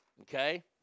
Okay